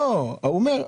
לא, הוא אומר,